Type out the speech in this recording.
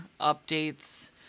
updates